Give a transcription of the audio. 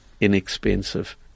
inexpensive